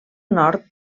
nord